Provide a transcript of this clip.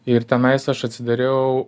ir tenais aš atsidariau